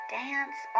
dance